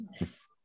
Yes